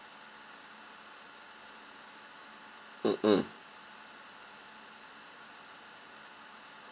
mmhmm